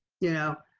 you know,